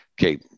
okay